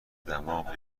دماغ